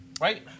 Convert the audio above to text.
right